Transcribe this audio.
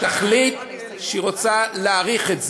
תחליט שהיא רוצה להאריך את זה.